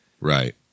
Right